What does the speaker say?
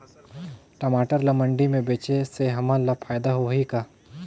टमाटर ला मंडी मे बेचे से हमन ला फायदा होही का?